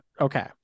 okay